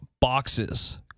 boxes